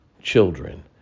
children